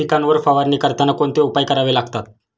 पिकांवर फवारणी करताना कोणते उपाय करावे लागतात?